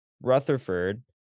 Rutherford